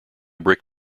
brick